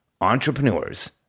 entrepreneurs